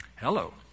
Hello